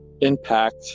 impact